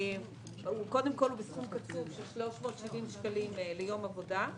בסכום קצוב של 370 שקלים ליום עבודה.